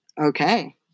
Okay